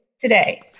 Today